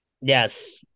Yes